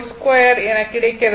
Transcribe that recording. Z எனக் கிடைக்கிறது